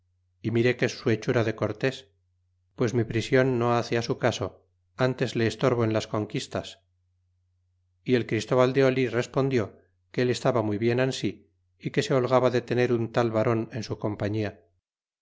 y mire que es su hechura de cortes pues mi prision no hace su caso ntes le estorbo en las conquistas y el christóval de oli respondió que él estaba muy bien ansi y que se holgaba de tener un tal varon en su compañía